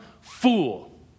fool